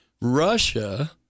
russia